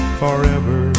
forever